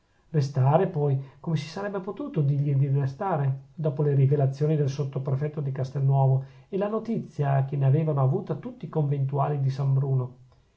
restare poi come si sarebbe potuto dirgli di restare dopo le rivelazioni del sottoprefetto di castelnuovo e la notizia che ne avevano avuta tutti i conventuali di san bruno